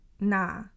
nah